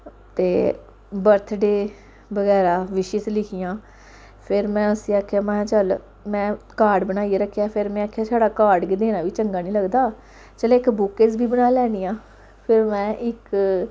ते बर्थडे बगैरा विशिस लिखियां फिर में उसी आखेआ महां चल में कार्ड बनाइयै रक्खेआ फिर में आखेआ छड़ा कार्ड गै देना बी चंगा नि लगदा चल इक बुक्केज़ बी बनाई लैन्नी आं फिर में इक